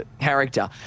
character